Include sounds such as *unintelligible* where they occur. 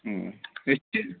*unintelligible*